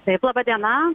taip laba diena